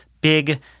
big